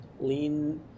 lean